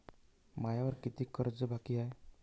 मायावर कितीक कर्ज बाकी हाय?